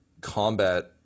combat